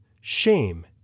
shame